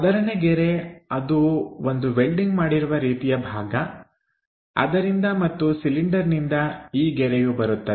ಮೊದಲನೇ ಗೆರೆ ಅದು ಒಂದು ವೆಲ್ಡಿಂಗ್ ಮಾಡಿರುವ ರೀತಿಯ ಭಾಗ ಅದರಿಂದ ಮತ್ತು ಸಿಲಿಂಡರ್ನಿಂದ ಈ ಗೆರೆಯು ಬರುತ್ತದೆ